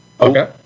Okay